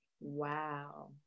Wow